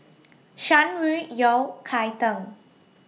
Shan Rui Yao Cai Tang